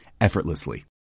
effortlessly